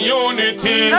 unity